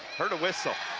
heard a whistle.